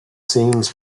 seems